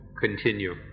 continue